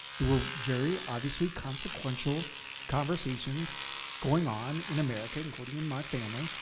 there were very, obviously, consequential conversations going on in america, including in my family,